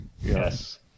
yes